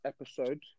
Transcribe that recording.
episode